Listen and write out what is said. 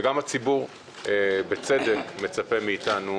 וגם הציבור מצפה מאתנו